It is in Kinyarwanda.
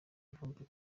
vumbi